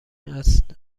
است